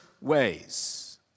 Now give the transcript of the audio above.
ways